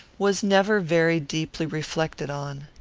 was never very deeply reflected on.